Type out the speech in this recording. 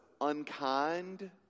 unkind